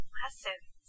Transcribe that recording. lessons